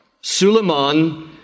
Suleiman